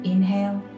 Inhale